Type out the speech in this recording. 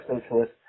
socialist